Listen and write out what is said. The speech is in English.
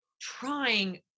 trying